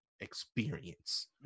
experience